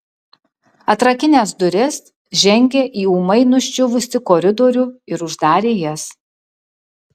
atrakinęs duris žengė į ūmai nuščiuvusį koridorių ir uždarė jas